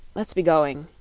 let's be going,